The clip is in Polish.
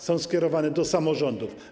Są skierowane do samorządów.